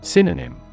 Synonym